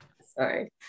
Sorry